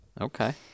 Okay